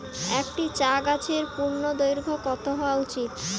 একটি চা গাছের পূর্ণদৈর্ঘ্য কত হওয়া উচিৎ?